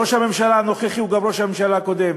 ראש הממשלה הנוכחי היה גם ראש הממשלה הקודם,